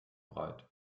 breit